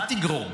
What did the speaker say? מה תגרום?